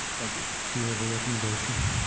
thank you. do we have a recommendation?